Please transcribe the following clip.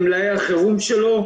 במלאי החירום שלו,